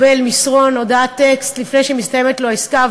לברך ולהודות לכל מי שהיה שותף להכנת הצעת